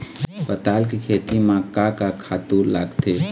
पताल के खेती म का का खातू लागथे?